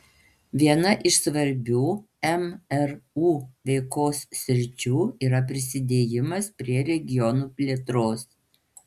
viena iš svarbių mru veikos sričių yra prisidėjimas prie regionų plėtros